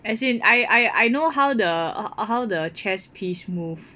as in I I know how the how the chess piece move